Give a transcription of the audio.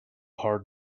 heart